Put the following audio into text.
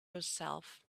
herself